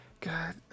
God